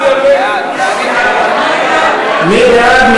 מי בעד?